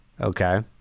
Okay